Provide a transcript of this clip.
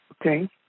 Okay